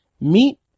meet